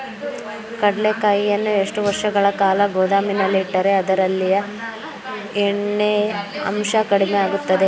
ಕಡ್ಲೆಕಾಯಿಯನ್ನು ಎಷ್ಟು ವರ್ಷಗಳ ಕಾಲ ಗೋದಾಮಿನಲ್ಲಿಟ್ಟರೆ ಅದರಲ್ಲಿಯ ಎಣ್ಣೆ ಅಂಶ ಕಡಿಮೆ ಆಗುತ್ತದೆ?